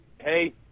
hey